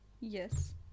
Yes